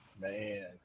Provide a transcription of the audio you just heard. Man